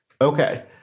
Okay